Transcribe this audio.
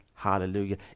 Hallelujah